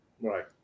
Right